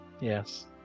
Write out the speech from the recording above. Yes